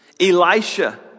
Elisha